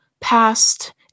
past